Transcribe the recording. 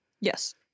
Yes